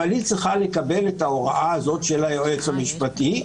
אבל היא צריכה לקבל את ההוראה הזאת של היועץ המשפטי.